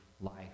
life